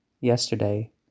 yesterday